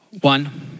One